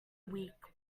weak